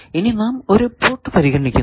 ഇനി നാം ഒരു പോർട്ട് പരിഗണിക്കുന്നു